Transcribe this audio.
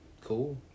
Cool